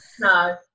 No